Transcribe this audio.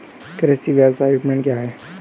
कृषि व्यवसाय विपणन क्या है?